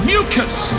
Mucus